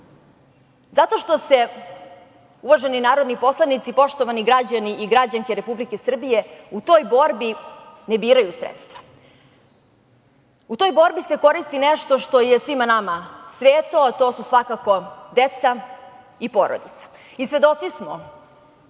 Zato što se, uvaženi narodni poslanici, poštovani građani i građanke Republike Srbije, u toj borbi ne biraju sredstva. U toj borbi se koristi nešto što je svima nama sveto, a to su svakako deca i porodica. Svedoci smo